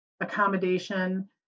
accommodation